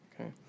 Okay